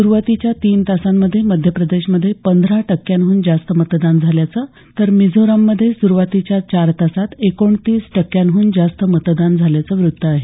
सुरुवातीच्या तीन तासांमध्ये मध्यप्रदेश मध्ये पंधरा टक्क्याहन जास्त मतदान झाल्याचं तर मिझोरम मध्ये सुरुवातीच्या चार तासात एकोणतीस टक्क्यांहून जास्त मतदान झाल्याचं व्रत्त आहे